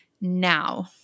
now